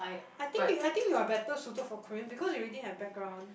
I think you I think you're better suited for Korean because you already have background